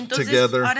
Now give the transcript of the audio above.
together